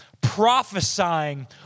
prophesying